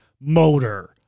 motor